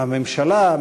הממשלה,